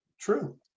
true